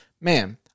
man